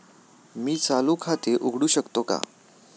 मी चालू खाते उघडू शकतो का?